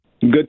Good